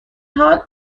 حال